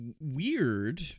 weird